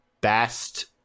best